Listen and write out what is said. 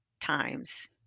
times